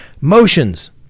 Motions